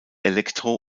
elektro